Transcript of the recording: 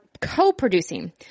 co-producing